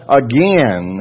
again